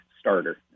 starter